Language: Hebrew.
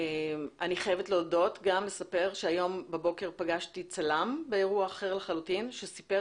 אני חייבת לספר שהבוקר פגשתי צלם באירוע אחר לחלוטין והוא סיפר